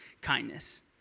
kindness